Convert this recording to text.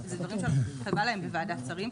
זה דברים --- להם בוועדת שרים.